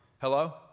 Hello